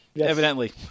evidently